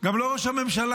גם לא ראש הממשלה.